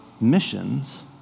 missions